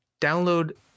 download